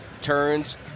Turns